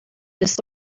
this